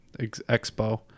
expo